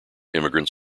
immigrants